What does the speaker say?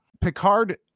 Picard